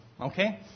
okay